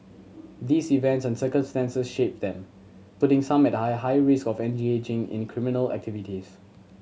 these events and circumstances shape them putting some at a higher risk of engaging in the criminal activities